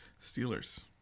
Steelers